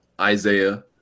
Isaiah